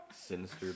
Sinister